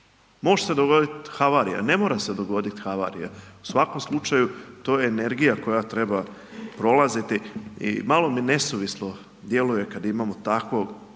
Može se dogoditi havarija, ne mora se dogoditi havarija, to je energija koja treba prolaziti i malo mi nesuvislo djeluje koje imamo takvo